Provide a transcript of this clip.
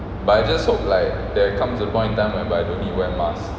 but I just hope like there comes a point in time whereby don't need wear mask